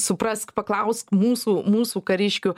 suprask paklausk mūsų mūsų kariškių